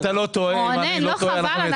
רונן, לא חבל?